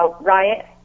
Riot